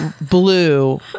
blue